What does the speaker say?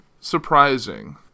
surprising